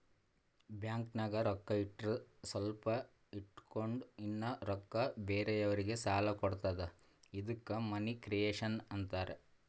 ಬ್ಯಾಂಕ್ನಾಗ್ ರೊಕ್ಕಾ ಇಟ್ಟುರ್ ಸ್ವಲ್ಪ ಇಟ್ಗೊಂಡ್ ಇನ್ನಾ ರೊಕ್ಕಾ ಬೇರೆಯವ್ರಿಗಿ ಸಾಲ ಕೊಡ್ತುದ ಇದ್ದುಕ್ ಮನಿ ಕ್ರಿಯೇಷನ್ ಆಂತಾರ್